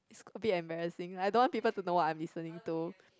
it's gonna be embarrassing like I don't want people to know what I'm listening to